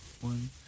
one